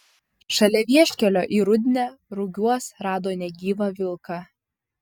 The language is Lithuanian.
šalia vieškelio į rudnią rugiuos rado negyvą vilką